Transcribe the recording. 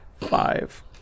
Five